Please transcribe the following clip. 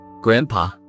Grandpa